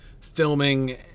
filming